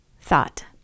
thought